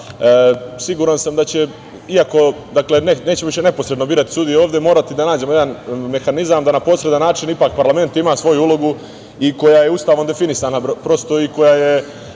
sudstva. Siguran sam da ćemo, iako nećemo više neposredno birati sudiji ovde, morati da nađemo jedan mehanizam da na posredan način ipak parlament ima svoju ulogu koja je Ustavom definisana, prosto, i koja je